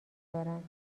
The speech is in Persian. دارند